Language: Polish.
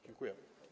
Dziękuję.